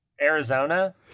Arizona